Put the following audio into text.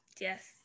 Yes